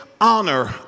honor